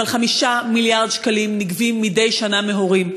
אבל 5 מיליארד שקלים נגבים מדי שנה מהורים.